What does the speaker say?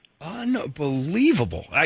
Unbelievable